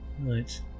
Right